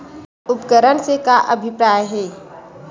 उपकरण से का अभिप्राय हे?